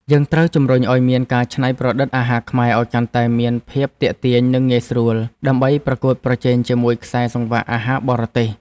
យើងត្រូវជំរុញឲ្យមានការច្នៃប្រឌិតអាហារខ្មែរឲ្យកាន់តែមានភាពទាក់ទាញនិងងាយស្រួល ដើម្បីប្រកួតប្រជែងជាមួយខ្សែសង្វាក់អាហារបរទេស។